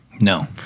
No